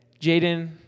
Jaden